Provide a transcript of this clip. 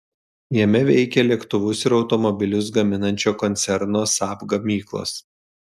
jame veikia lėktuvus ir automobilius gaminančio koncerno saab gamyklos